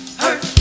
hurt